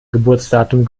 geburtsdatum